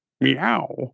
Meow